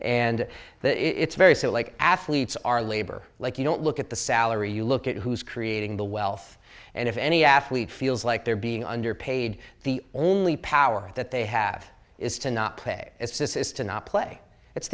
and it's very sad like athletes are labor like you don't look at the salary you look at who's creating the wealth and if any athlete feels like they're being underpaid the only power that they have is to not play as this is to not play it's